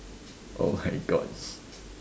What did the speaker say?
oh my god